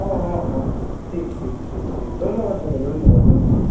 হ্যাঁ হ্যাঁ হ্যাঁ হ্যাঁ ঠিক ঠিক ঠিক ঠিক ধন্যবাদ দাদা ধন্যবাদ ধন্যবাদ